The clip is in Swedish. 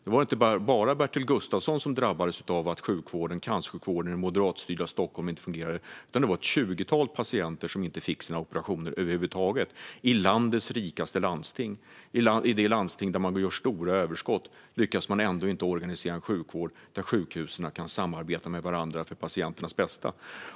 Det var inte bara Bertil Gustafsson som drabbades av att cancersjukvården i det moderatstyrda Stockholm inte fungerade, utan det var ett tjugotal patienter som inte fick sina operationer över huvud taget, i landets rikaste landsting. I det landsting där man gör stora överskott lyckas man inte organisera en sjukvård där sjukhusen kan samarbeta med varandra för patienternas bästa.